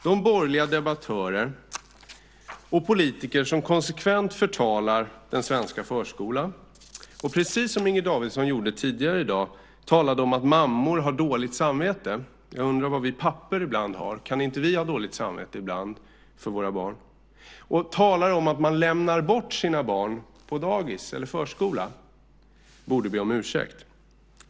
De borgerliga debattörer och politiker som konsekvent förtalar den svenska förskolan, precis som Inger Davidson gjorde tidigare i dag när hon talade om att mammor har dåligt samvete - jag undrar vad vi pappor har ibland, kan inte vi ha dåligt samvete ibland för våra barn - och talar om att man lämnar bort sina barn på dagis eller till förskolan, borde be om ursäkt.